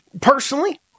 personally